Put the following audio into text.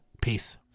peace